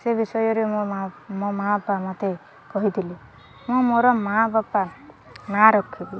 ସେ ବିଷୟରେ ମୋ ମାଆ ମୋ ମାଆ ବାପା ମୋତେ କହିଥିଲି ମୁଁ ମୋର ମାଆ ବାପା ମାଆ ରଖିବି